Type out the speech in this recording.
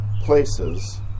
places